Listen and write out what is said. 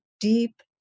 deep